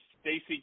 Stacey